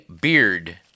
Beard